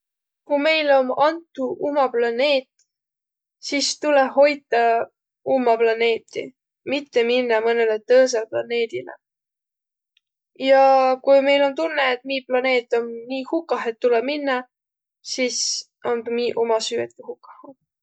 Ku meile om antu uma planeet, sis tulõ hoitaq umma planeeti, mitte minnäq mõnõlõ tõõsõlõ planeedile. Ja ku meil om tunnõq, et mi planeet om nii hukah, et tulõ minnäq, sis om tuu miiq uma süü, et tuu hukah um.